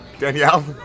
Danielle